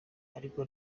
ariko